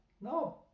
no